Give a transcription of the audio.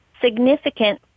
significant